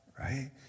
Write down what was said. right